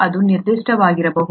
ಅದು ನಿರ್ದಿಷ್ಟವಾಗಿರಬಹುದು